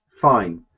fine